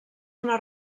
una